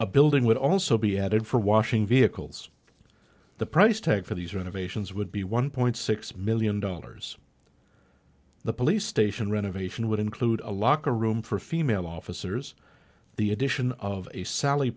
a building would also be added for washing vehicles the price tag for these renovations would be one point six million dollars the police station renovation would include a locker room for female officers the addition of a sally